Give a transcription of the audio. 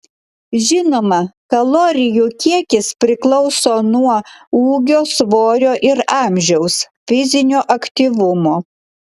žinoma kalorijų kiekis priklauso nuo ūgio svorio ir amžiaus fizinio aktyvumo